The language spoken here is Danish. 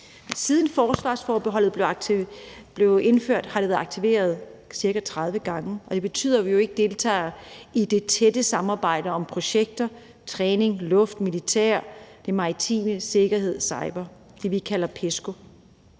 Siden forsvarsforbeholdet blev indført, har det været aktiveret cirka 30 gange, og det betyder, at vi ikke deltager i det tætte samarbejde om projekter, træning, luft, militær, den maritime sikkerhed og cybersikkerhed – det, vi kalder PESCO.